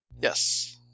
Yes